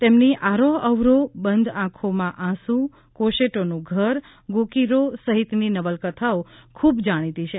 તેમની આરોહ અવરોહ બંધ આંખોમાં આંસુ કોશેટોનું ઘર ગોકીરો સહિતની નવલકથાઓ ખૂબ જાણીતી છે